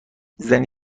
زنی